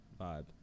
vibe